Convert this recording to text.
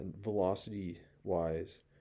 velocity-wise